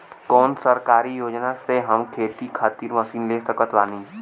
कौन सरकारी योजना से हम खेती खातिर मशीन ले सकत बानी?